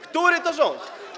Który to rząd?